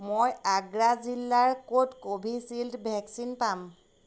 মই আগ্ৰা জিলাৰ ক'ত কোভিচিল্ড ভেকচিন পাম